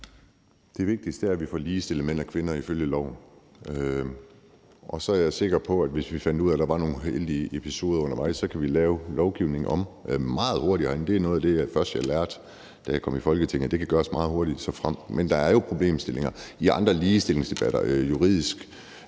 Det vigtigste er, at vi får ligestillet mænd og kvinder ifølge loven. Og så er jeg sikker på, at hvis vi undervejs finder ud af, at der er nogle uheldige episoder, så kan vi meget hurtigt lave lovgivningen om herinde. Det var noget af det første, jeg lærte, da jeg kom i Folketinget, altså at det kan gøres meget hurtigt. Men der er jo problemstillinger i andre ligestillingsdebatter. Juridisk